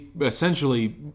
essentially